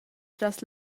tras